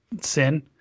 sin